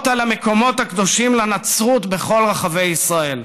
על המקומות הקדושים לנצרות בכל רחבי ישראל.